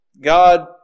God